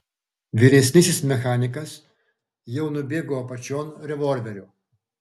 vyresnysis mechanikas jau nubėgo apačion revolverio